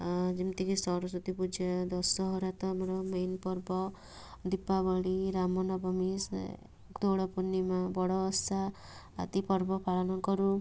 ଅଁ ଯେମିତିକି ସରସ୍ଵତୀ ପୂଜା ଦଶହରା ତ ଆମର ମେନ ପର୍ବ ଦୀପାବଳି ରାମନବମୀ ସ ଦୋଳ ପୂର୍ଣ୍ଣିମା ବଡ଼ଓଷା ଆଦି ପର୍ବ ପାଳନ କରୁ